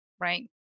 Right